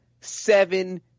seven